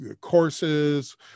courses